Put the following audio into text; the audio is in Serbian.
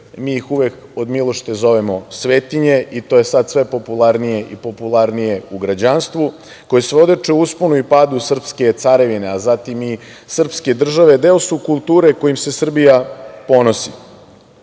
mi ih uvek od milošte zovemo svetinje i to je sad sve popularnije i popularnije u građanstvu, koje svedoče usponu i padu srpske carevine, a zatim i srpske države deo su kulture kojom se Srbija ponosi. Danas